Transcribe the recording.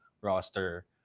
roster